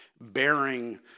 bearing